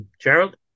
Gerald